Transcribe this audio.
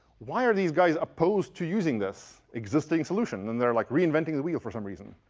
why are these guys opposed to using this existing solution? then they are like reinventing the wheel for some reason.